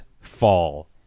fall